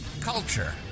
culture